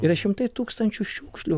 yra šimtai tūkstančių šiukšlių